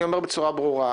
אני אומר בצורה ברורה,